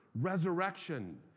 Resurrection